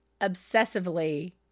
obsessively